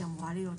היא אמורה להיות.